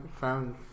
found